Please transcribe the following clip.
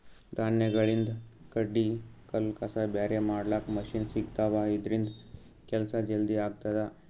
ಧಾನ್ಯಗಳಿಂದ್ ಕಡ್ಡಿ ಕಲ್ಲ್ ಕಸ ಬ್ಯಾರೆ ಮಾಡ್ಲಕ್ಕ್ ಮಷಿನ್ ಸಿಗ್ತವಾ ಇದ್ರಿಂದ್ ಕೆಲ್ಸಾ ಜಲ್ದಿ ಆಗ್ತದಾ